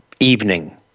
evening